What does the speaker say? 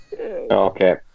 Okay